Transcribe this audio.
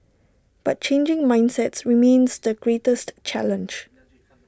but changing mindsets remains the greatest challenge